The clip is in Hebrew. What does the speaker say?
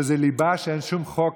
זו ליבה, שאין שום חוק